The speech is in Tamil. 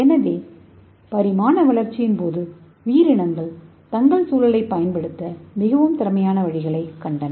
எனவே பரிணாம வளர்ச்சியின் போது பல உயிரினங்கள் தங்கள் சூழலைப் பயன்படுத்த மிகவும் திறமையான வழிகளைக் கண்டன